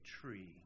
tree